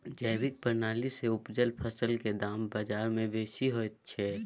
जैविक प्रणाली से उपजल फसल के दाम बाजार में बेसी होयत छै?